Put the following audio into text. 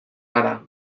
gara